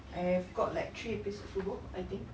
I've got like three episodes to go I think